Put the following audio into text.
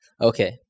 Okay